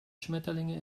schmetterlinge